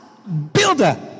builder